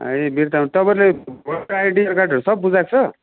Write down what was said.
ए बिर्तामोड तपाईँले voter identity कार्डहरू सब बुझाएको छ